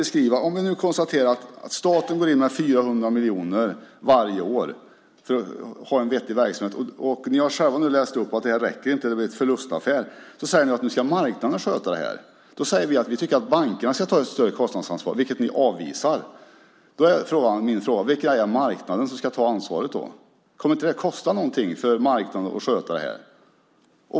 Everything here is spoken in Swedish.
Vi konstaterar att staten går in med 400 miljoner varje år för att ha en vettig verksamhet. Ni har själva nu läst upp att det inte räcker utan att det blir en förlustaffär. Så säger ni att marknaden ska sköta det. Vi säger att vi tycker att bankerna ska ta ett större kostnadsansvar, vilket ni avvisar. Då är min fråga: Vilka är marknaden som ska ta ansvaret? Kommer det inte att kosta något för marknaden att sköta detta?